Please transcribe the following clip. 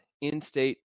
in-state